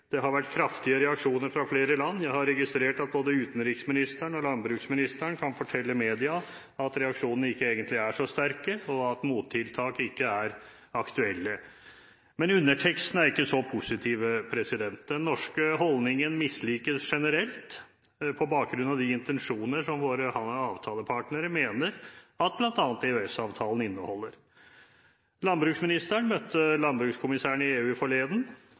Det har vært kraftige reaksjoner fra flere land. Jeg har registrert at både utenriksministeren og landbruksministeren kan fortelle media at reaksjonene ikke egentlig er så sterke, og at mottiltak ikke er aktuelt. Men underteksten er ikke så positiv. Den norske holdningen mislikes generelt på bakgrunn av de intensjoner som våre avtalepartnere mener at bl.a. EØS-avtalen inneholder. Landbruksministeren møtte landbrukskommissæren i EU